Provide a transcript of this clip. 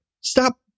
Stop